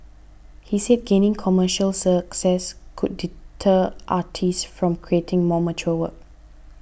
he said gaining commercial success could deter artists from creating more mature work